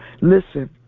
Listen